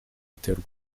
uterwa